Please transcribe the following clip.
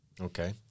Okay